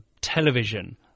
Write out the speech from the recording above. television